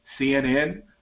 CNN